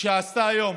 שהיא עשתה היום